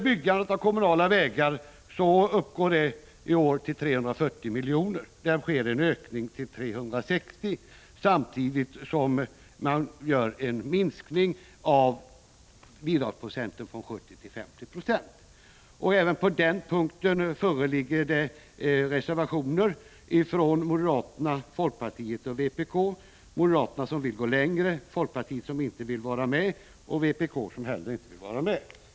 Byggandet av kommunala vägar uppgår i år till 340 milj.kr. Det föreslås här en ökning till 360 milj.kr. samtidigt som man minskar bidragsandelen från 70 till 50 26. Även på den punkten föreligger det reservationer från moderaterna, folkpartiet och vpk. Moderaterna vill gå längre, folkpartiet vill inte vara med, och vpk vill inte heller vara med.